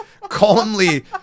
calmly